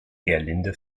gerlinde